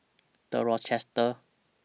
The Rochester